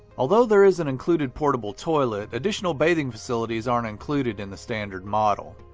although there is an included portable toilet, additional bathing facilities aren't included in the standard model.